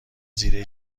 زیره